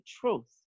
truth